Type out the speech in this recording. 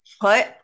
put